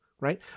Right